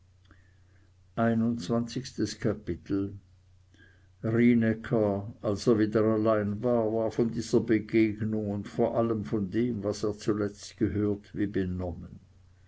als er wieder allein war war von dieser begegnung und vor allem von dem was er zuletzt gehört wie benommen